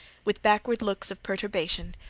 with backward looks of perturbation,